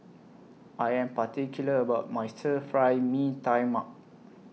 I Am particular about My Stir Fry Mee Tai Mak